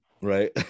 right